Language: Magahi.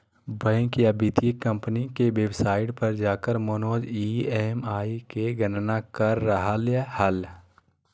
बैंक या वित्तीय कम्पनी के वेबसाइट पर जाकर मनोज ई.एम.आई के गणना कर रहलय हल